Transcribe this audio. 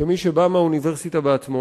כמי שבא מהאוניברסיטה בעצמו,